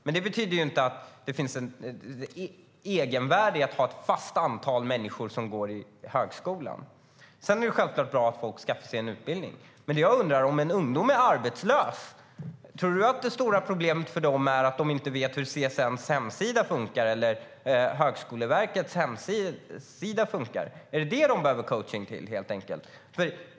Men det betyder inte att det finns ett egenvärde i att ha ett fast antal människor som går i högskolan. Sedan är det självklart bra att folk skaffar sig en utbildning. Jag undrar: Om ungdomar är arbetslösa, tror du att deras stora problem är att de inte vet hur CSN:s eller Högskoleverkets hemsidor fungerar? Är det vad de behöver coachning till?